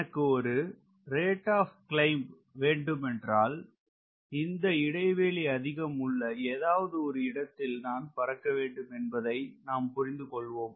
எனக்கு ஒரு rate of climb வேண்டும் என்றால் இந்த இடைவெளி அதிகம் உள்ள ஏதாவது இடத்தில நான் பறக்க வேண்டும் என்பதை நாம் புரிந்துகொள்வோம்